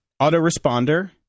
autoresponder